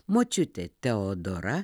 močiutė teodora